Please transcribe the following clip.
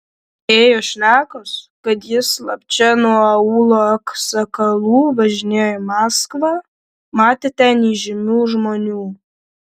ėjo šnekos kad jis slapčia nuo aūlo aksakalų važinėjo į maskvą matė ten įžymių žmonių